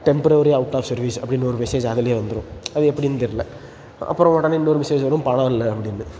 temporary out of service அப்படின்னு ஒரு message அதில் வந்துடும் அது எப்படின்னு தெரியலை அப்புறம் உடனே இன்னொரு மெசேஜ் வரும் பணம் இல்லை அப்படின்னு